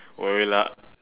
!oi! lah